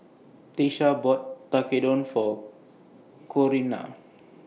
Tiesha bought Tekkadon For Corinna